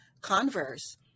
converse